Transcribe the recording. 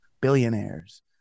Billionaires